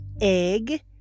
egg